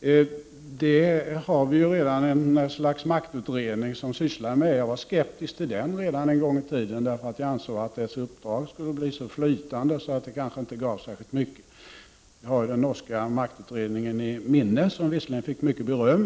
Det finns ju redan ett slags maktutredning som sysslar med dessa frågor. Jag var dock skeptisk till denna redan långt tidigare, eftersom jag ansåg att utredningens uppdrag skulle bli så flytande att det kanske inte gav särskilt mycket. Vi har ju den norska maktutredningen i minne. Visserligen fick den mycket beröm.